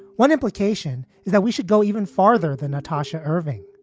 one implication is that we should go even farther than natasha irving.